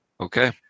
Okay